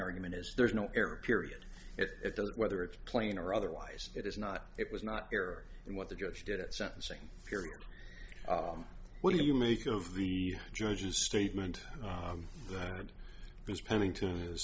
argument is there's no air period if it does whether it's playing or otherwise it is not it was not there and what the judge did at sentencing hearing what do you make of the judge's statement that it was pennington is